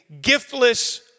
giftless